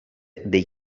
dei